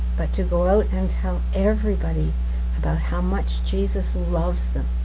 but to go out and tell everybody about how much jesus loves them,